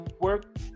work